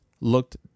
looked